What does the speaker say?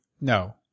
no